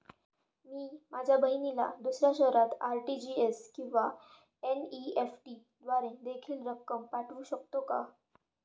मी माझ्या बहिणीला दुसऱ्या शहरात आर.टी.जी.एस किंवा एन.इ.एफ.टी द्वारे देखील रक्कम पाठवू शकतो का?